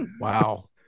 Wow